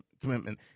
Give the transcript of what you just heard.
commitment